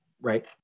right